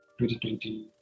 2020